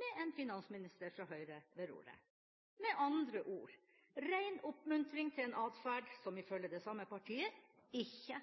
med en finansminister fra Høyre ved roret? Med andre ord: ren oppmuntring til en atferd som ifølge det samme partiet ikke